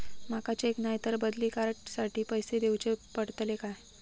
माका चेक नाय तर बदली कार्ड साठी पैसे दीवचे पडतले काय?